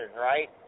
right